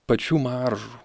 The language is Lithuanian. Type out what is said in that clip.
pačių maržų